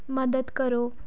ਮਦਦ ਕਰੋ